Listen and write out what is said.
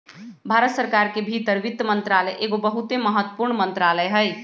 भारत सरकार के भीतर वित्त मंत्रालय एगो बहुते महत्वपूर्ण मंत्रालय हइ